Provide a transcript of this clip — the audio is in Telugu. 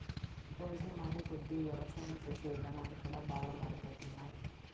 రోజులు మారేకొద్దీ యవసాయం చేసే ఇదానాలు కూడా బాగా మారిపోతున్నాయ్